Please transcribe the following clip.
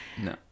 No